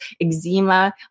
eczema